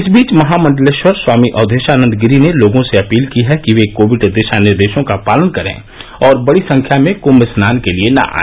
इस बीच महामंडलेश्वर स्वामी अवधेशानंद गिरी ने लोगों से अपील की है कि वे कोविड दिशा निर्देशों का पालन करें और बड़ी संख्या में कुंभ स्नान के लिए न आए